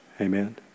Amen